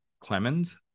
Clemens